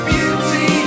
Beauty